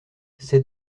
ces